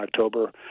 October